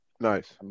nice